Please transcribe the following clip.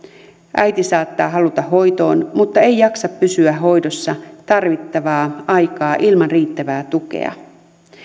äiti saattaa haluta hoitoon mutta ei jaksa pysyä hoidossa tarvittavaa aikaa ilman riittävää tukea